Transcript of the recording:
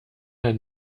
der